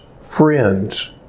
friends